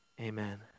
Amen